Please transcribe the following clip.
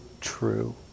true